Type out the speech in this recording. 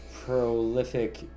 prolific